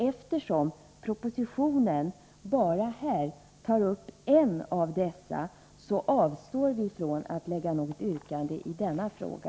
Eftersom propositionen här bara tar upp en av dessa förmåner, avstår vi från att framställa något yrkande i denna fråga.